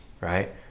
right